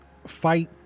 fight